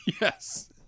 yes